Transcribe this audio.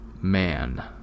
man